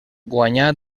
guanyà